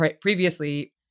Previously